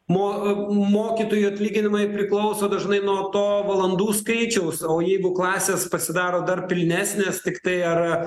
mo mokytojų atlyginimai priklauso dažnai nuo to valandų skaičiaus o jeigu klasės pasidaro dar pilnesnės tiktai ar